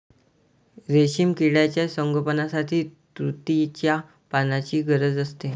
रेशीम किड्यांच्या संगोपनासाठी तुतीच्या पानांची गरज असते